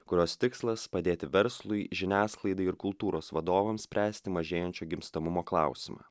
kurios tikslas padėti verslui žiniasklaidai ir kultūros vadovams spręsti mažėjančio gimstamumo klausimą